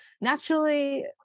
naturally